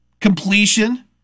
completion